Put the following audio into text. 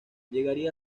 llegaría